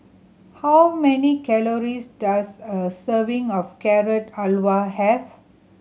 how many calories does a serving of Carrot Halwa have